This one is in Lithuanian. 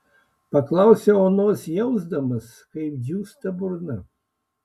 paklausiau onos jausdamas kaip džiūsta burna